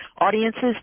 audiences